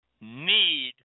need